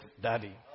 daddy